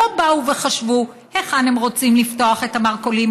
לא באו וחשבו היכן הם רוצים לפתוח את המרכולים,